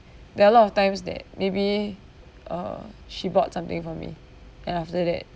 there are a lot of times that maybe uh she bought something for me then after that